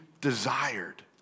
desired